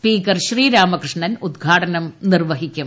speaker Sreeramakrishnan ഉദ്ഘാടനം നിർവ്വഹിക്കും